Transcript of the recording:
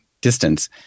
distance